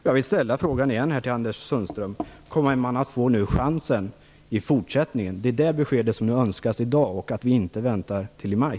Jag vill ställa frågan igen, till Anders Sundström: Kommer man att få chansen i fortsättningen? Det är det beskedet som önskas i dag och inte att vi väntar till i maj.